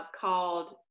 called